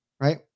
Right